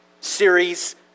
series